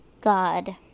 God